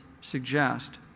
suggest